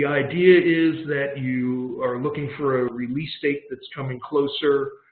yeah idea is that you are looking for a release date that's coming closer.